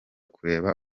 kureba